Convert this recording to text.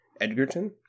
Edgerton